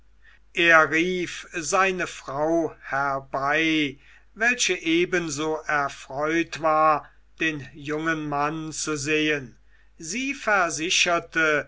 er rief seine frau herbei welche ebenso erfreut war den jungen mann zu sehen sie versicherte